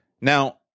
Now –